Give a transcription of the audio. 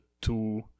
two